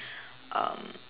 um